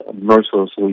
mercilessly